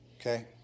okay